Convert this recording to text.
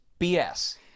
BS